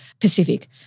Pacific